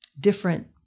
different